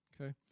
Okay